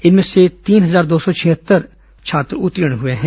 इनमें से तीन हजार दो सौ छिहत्तर छात्र उत्तीर्ण हए हैं